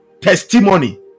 testimony